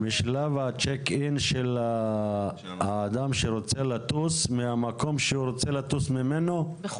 בשלב הצ'ק אין של האדם שרוצה טוס מהמקום ממנו הוא רוצה לטוס?